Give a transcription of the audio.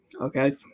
Okay